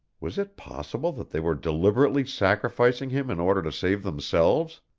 was it possible that they were deliberately sacrificing him in order to save themselves?